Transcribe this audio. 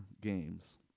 games